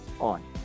on